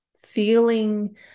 feeling